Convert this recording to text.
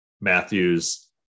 Matthews